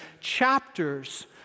chapters